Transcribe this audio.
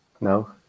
No